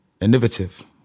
innovative